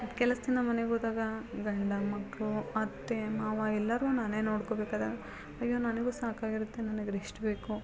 ಕೆಲಸದಿಂದ ಮನೆಗೆ ಹೋದಾಗ ಗಂಡ ಮಕ್ಕಳು ಅತ್ತೆ ಮಾವ ಎಲ್ಲರೂ ನಾನೇ ನೋಡ್ಕೊಬೇಕಾದಾಗ ಅಯ್ಯೋ ನನಗೂ ಸಾಕಾಗಿರುತ್ತೆ ನನಗೆ ರೆಶ್ಟ್ ಬೇಕು